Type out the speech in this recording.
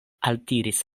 altiris